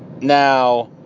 Now